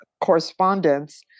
correspondence